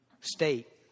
state